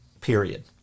period